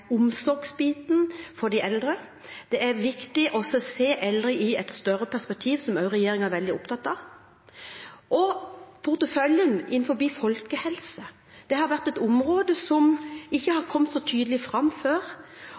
omsorgsbiten for de eldre. Det er viktig å se de eldre i et større perspektiv, noe regjeringen også er veldig opptatt av. Når det gjelder porteføljen innenfor folkehelse, har det vært et område som ikke har kommet så tydelig fram før,